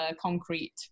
concrete